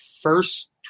first